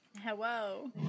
Hello